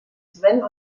sven